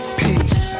peace